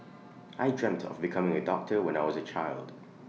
I dreamt of becoming A doctor when I was A child